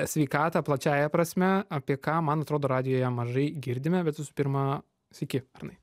sveikatą plačiąja prasme apie ką man atrodo radijuje mažai girdime bet visų pirma sveiki arnai